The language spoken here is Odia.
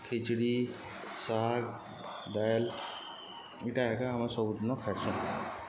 ଖିଚ୍ଡ଼ି ଶାଗ୍ ଦାଏଲ୍ ଇଟା ଏକା ଆମର୍ ସବୁଦିନ ଖାଏସୁଁ